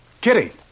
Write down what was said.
Kitty